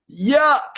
yuck